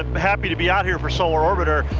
ah happy to be out here for solar orbiter.